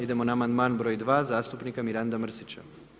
Idemo na amandman br. 2. zastupnika Miranda Mrsića.